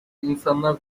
insanlar